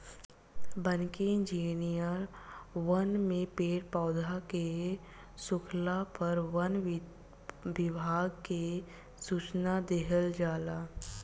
वानिकी इंजिनियर वन में पेड़ पौधा के सुखला पर वन विभाग के सूचना दिहल जाला